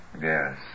Yes